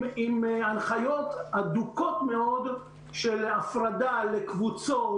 הנחיות הדוקות מאוד של הפרדה לקבוצות.